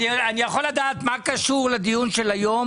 אני יכול לדעת מה קשור לדיון של היום